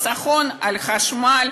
חיסכון על חשמל,